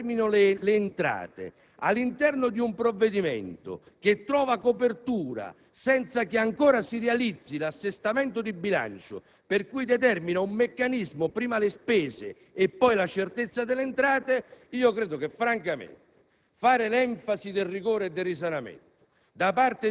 all'anticipazione di cassa nell'attesa che si determinino le entrate, quindi a un provvedimento che trova copertura senza che ancora si realizzi l'assestamento di bilancio, per cui si determina un meccanismo che vede prima le spese e poi la certezza delle entrate. Ho citato il trattamento